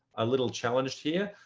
a little challenged here.